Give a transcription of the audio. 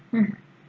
hmm